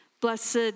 Blessed